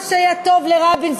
מה שהיה טוב לרבין,